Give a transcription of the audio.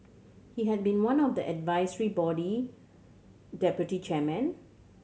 he had been one of the advisory body deputy chairmen